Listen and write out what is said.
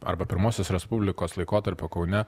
arba pirmosios respublikos laikotarpio kaune